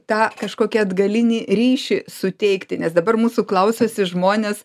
tą kažkokį atgalinį ryšį suteikti nes dabar mūsų klausosi žmonės